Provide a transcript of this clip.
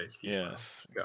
Yes